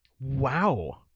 Wow